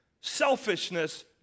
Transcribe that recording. selfishness